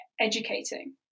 educating